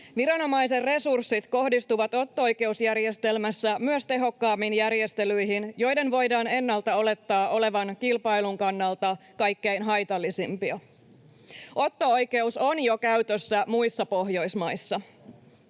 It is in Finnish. Viranomaisen resurssit myös kohdistuvat otto-oikeusjärjestelmässä tehokkaammin järjestelyihin, joiden voidaan ennalta olettaa olevan kilpailun kannalta kaikkein haitallisimpia. Otto-oikeus on jo käytössä muissa Pohjoismaissa.